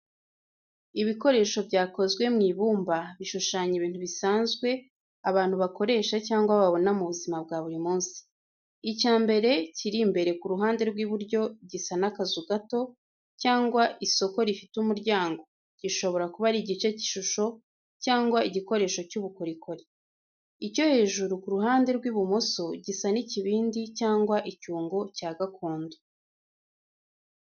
Ibikoresho byakozwe mu ibumba bishushanya ibintu bisanzwe abantu bakoresha cyangwa babona mu buzima bwa buri munsi. Icya mbere kiri imbere ku ruhande rw’iburyo gisa n’akazu gato cyangwa isoko rifite umuryango, gishobora kuba ari igice cy’ishusho cyangwa igikoresho cy’ubukorikori. Icyo hejuru ku ruhande rw’ibumoso gisa n’ikibindi cyangwa icyungo cya gakondo.